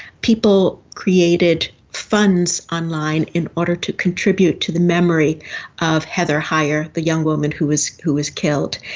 people created funds online in order to contribute to the memory of heather heyer, the young woman who was who was killed,